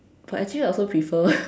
but actually I also prefer